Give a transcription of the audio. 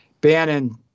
Bannon